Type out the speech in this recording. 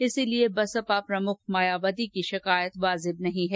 इसलिए बसपा प्रमुख मायावती की शिकायत वाजिब नहीं है